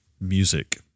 music